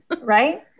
right